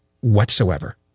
whatsoever